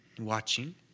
watching